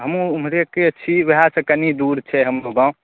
हमहूँ ओम्हरेके छी उएहसँ कनि दूर छै हमरो गाम